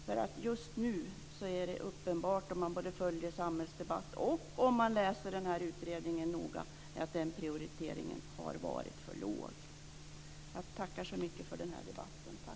För den som följer samhällsdebatten just nu och som läser den berörda utredningen noga är det uppenbart att den prioriteringen har varit för låg. Jag tackar så mycket för den här debatten.